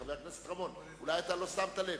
חבר הכנסת רמון, אולי אתה לא שמת לב.